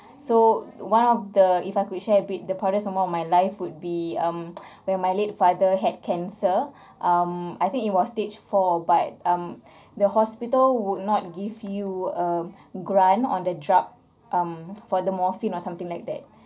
so one of the if I could share a bit the proudest moment of my life would be um where my late father had cancer um I think it was stage four but um the hospital would not give you um grant on the drug um for the morphine or something like that